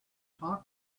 talk